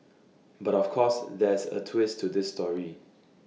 but of course there's A twist to this story